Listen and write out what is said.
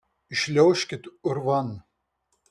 įšliaužkit urvan